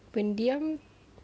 pendiam